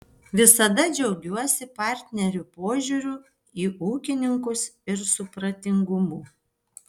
visada džiaugiuosi partnerių požiūriu į ūkininkus ir supratingumu